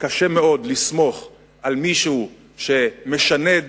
קשה מאוד לסמוך על מישהו שמשנה את